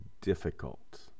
difficult